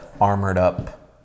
armored-up